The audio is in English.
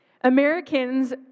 Americans